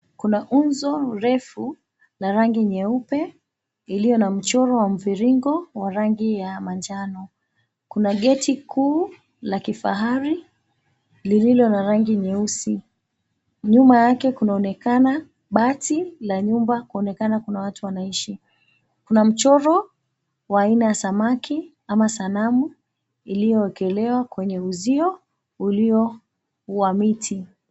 Kuna unzo ndefu yenye rangi nyeupe iliyo na mchoro wa mviringo wa rangi ya manjano, kuna geti kuu la kifahari lililo na rangi nyeusi nyuma yake kunaonekana bati la nyumba kunaonekana kuna watu wanaishi, kuna mchoro wa aina ya samaki ama sanamu iliyowekelewa kwenye uzio ulio wa miti.